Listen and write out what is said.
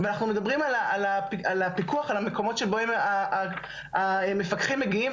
אנחנו מדברים על הפיקוח על המקומות שבהם המפקחים מגיעים,